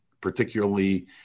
particularly